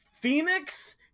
phoenix